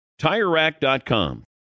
TireRack.com